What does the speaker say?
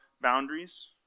boundaries